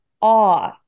awe